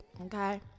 Okay